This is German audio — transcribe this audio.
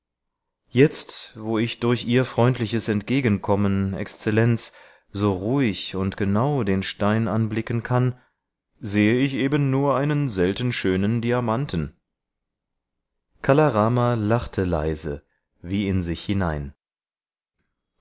jetzt wo ich durch ihr freundliches entgegenkommen exzellenz so ruhig und genau den stein anblicken kann sehe ich eben nur einen selten schönen diamanten kala rama lachte leise wie in sich hinein